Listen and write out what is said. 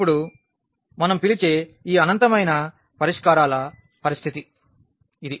ఇప్పుడు మనం పిలిచే ఈ అనంతమైన అనేక పరిష్కారాల పరిస్థితి ఇది